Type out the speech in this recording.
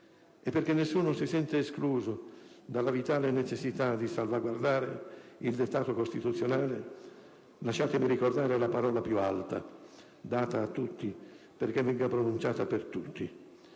E perché nessuno si senta escluso dalla vitale necessità di salvaguardare il dettato costituzionale, lasciatemi ricordare la parola più alta, data a tutti perché venga pronunciata per tutti.